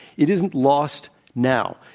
it isn't lost now.